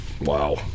Wow